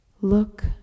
Look